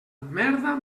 merda